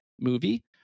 movie